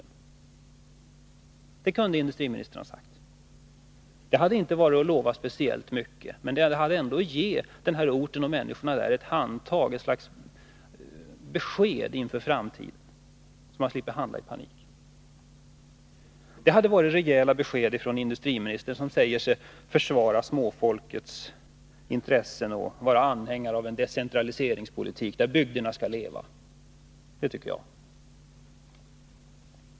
Detta kunde industriministern ha sagt. Det hade inte varit att lova speciellt mycket. Men det hade gett människorna ett besked inför framtiden, så att de slipper handla i panik. Det hade varit rejäla besked från industriministern, som säger sig försvara småfolkets intressen och vara anhängare av en decentraliseringspolitik som låter bygderna leva.